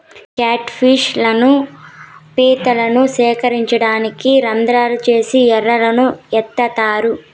cat fish లను, పీతలను సేకరించడానికి రంద్రాలు చేసి ఎరలను ఏత్తారు